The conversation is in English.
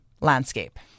landscape